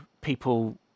people